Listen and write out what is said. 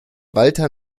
walther